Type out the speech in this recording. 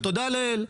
ותודה לאל,